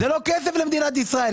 זה לא כסף למדינת ישראל.